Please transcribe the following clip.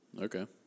Okay